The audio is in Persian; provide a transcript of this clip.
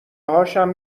هاشم